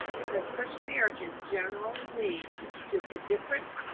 because such marriages generally lead to indifference,